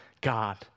God